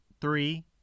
three